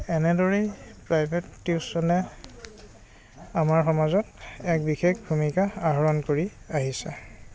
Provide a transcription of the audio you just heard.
এনেদৰেই প্ৰাইভেট টিউচনে আমাৰ সমাজত এক বিশেষ ভূমিকা আহৰণ কৰি আহিছে